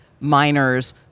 minors